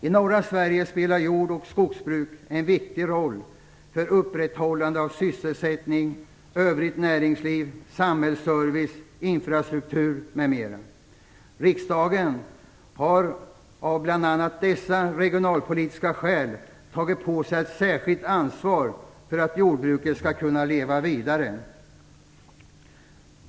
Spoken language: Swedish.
I norra Sverige spelar jord och skogsbruket en viktig roll för upprätthållande av sysselsättning, näringsliv, samhällsservice, infrastruktur m.m. Riksdagen har, bl.a. av dessa regionalpolitiska skäl, påtagit sig ett särskilt ansvar för att jordbruket skall kunna leva vidare.